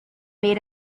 made